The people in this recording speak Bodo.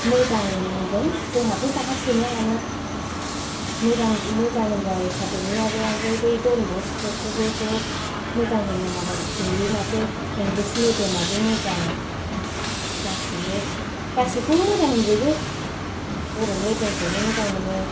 मोजां मोन्दों जोंहाथ' बेहाय बहा सोनो हानो मोजां मोजां होनो आरो एकाडेमीआबो बेहाय ओमफ्राय बै दन बस्क'खौबोथ' मोजां होनो मालाय सोयो माथो इंलिस मिडिमाबो मोजां गासिबो गासिखौबो मोजां होनजोबो बर' मिडिमखौबो मोजां होनो